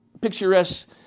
picturesque